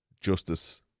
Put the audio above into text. justice